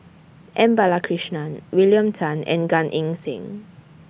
M Balakrishnan William Tan and Gan Eng Seng